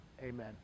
amen